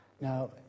Now